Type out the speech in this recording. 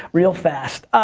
real fast.